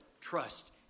trust